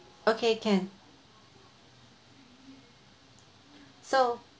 okay can so